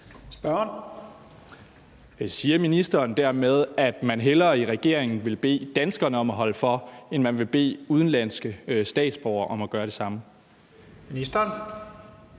Bjørn (DF): Siger ministeren dermed, at man i regeringen hellere vil bede danskerne holde for, end man vil bede udenlandske statsborgere om at gøre det samme? Kl.